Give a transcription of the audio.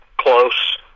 close